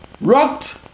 rocked